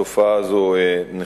בסיוון התש"ע (19 במאי 2010):